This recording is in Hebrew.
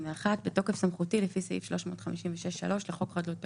בתוקף סמכותי לפי סעיף 356(3) לחוק חדלות פירעון,